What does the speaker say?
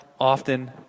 often